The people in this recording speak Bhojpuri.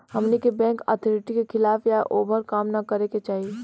हमनी के बैंक अथॉरिटी के खिलाफ या ओभर काम न करे के चाही